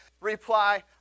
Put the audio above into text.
reply